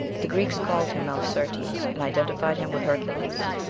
the greeks called him melicertes, and identified him with hercules.